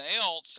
else